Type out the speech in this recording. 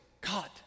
God